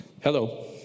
Hello